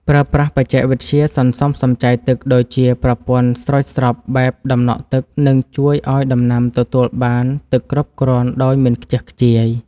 ប្រើប្រាស់បច្ចេកវិទ្យាសន្សំសំចៃទឹកដូចជាប្រព័ន្ធស្រោចស្រពបែបដំណក់ទឹកនឹងជួយឱ្យដំណាំទទួលបានទឹកគ្រប់គ្រាន់ដោយមិនខ្ជះខ្ជាយ។